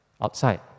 outside